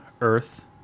earth